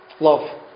Love